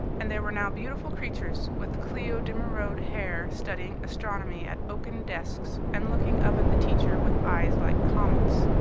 and there were now beautiful creatures with cleo de merode hair studying astronomy at oaken desks and looking up at the teacher with eyes like comets.